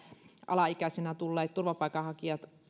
alaikäisenä tulleet turvapaikanhakijat